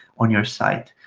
on your site.